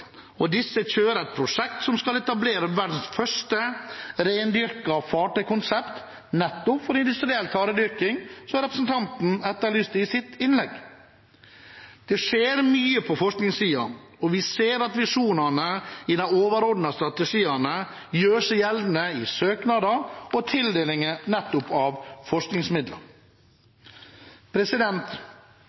et prosjekt som skal etablere verdens første rendyrkede fartøykonsept nettopp for industriell taredyrking, som representanten etterlyste i sitt innlegg. Det skjer mye på forskningssiden, og vi ser at visjonene i de overordnede strategiene gjør seg gjeldende i søknader og tildeling av forskningsmidler.